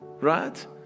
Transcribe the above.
Right